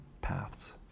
paths